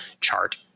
chart